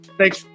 Thanks